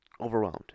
overwhelmed